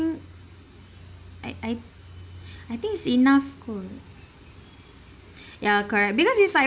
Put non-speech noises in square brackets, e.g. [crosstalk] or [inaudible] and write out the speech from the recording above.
I I [breath] I think is enough kot [breath] ya correct because is like